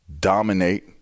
dominate